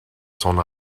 cents